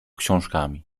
książkami